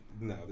No